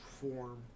form